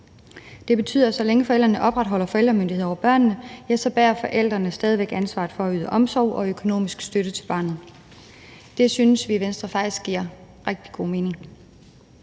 Det betyder, at så længe forældrene opretholder forældremyndigheden over børnene, bærer forældrene stadig væk ansvaret for at yde omsorg og økonomisk støtte til barnet. Det synes vi i Venstre faktisk giver rigtig god mening.